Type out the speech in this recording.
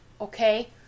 okay